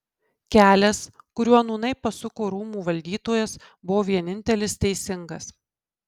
kelias kuriuo nūnai pasuko rūmų valdytojas buvo vienintelis teisingas